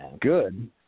good